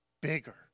bigger